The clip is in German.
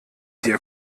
dir